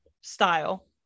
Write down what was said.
style